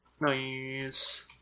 Nice